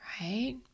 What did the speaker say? Right